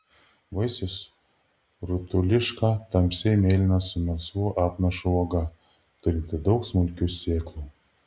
vaisius rutuliška tamsiai mėlyna su melsvu apnašu uoga turinti daug smulkių sėklų